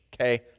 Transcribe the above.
Okay